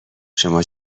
شما